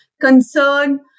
concern